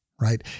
right